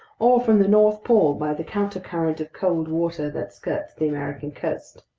or from the north pole by the countercurrent of cold water that skirts the american coast.